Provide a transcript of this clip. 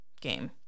game